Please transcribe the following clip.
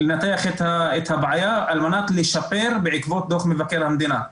לנתח את הבעיה על מנת לשפר בעקבות דו"ח מבקר המדינה.